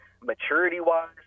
maturity-wise